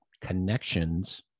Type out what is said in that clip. connections